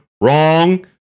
Wrong